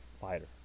fighter